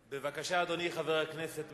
בבקשה, אדוני, חבר הכנסת מיכאלי.